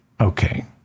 Okay